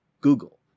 Google